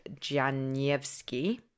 Janiewski